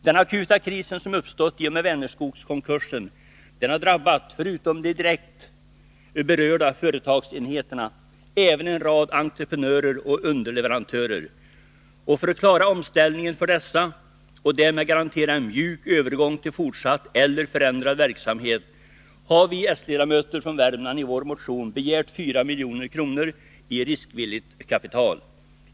Den akuta krisen som uppstått i och med Vänerskogskonkursen har, förutom de direkt berörda företagsenheterna, drabbat även en rad entre prenörer och underleverantörer. För att man skall klara omställningen för dessa och därmed garantera en mjuk övergång till fortsatt eller förändrad verksamhet, har vi s-ledamöter från Värmland i vår motion begärt 4 milj.kr. i riskvilligt kapital.